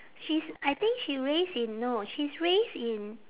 she's I think she raised in no she's raised in